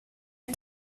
att